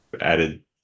added